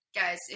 guys